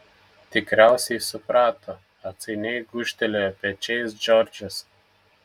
tikriausiai suprato atsainiai gūžtelėjo pečiais džordžas